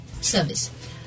service